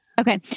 Okay